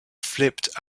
flipped